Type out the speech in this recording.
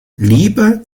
lieber